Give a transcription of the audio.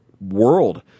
world